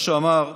מה שאמר פרופ'